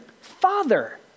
Father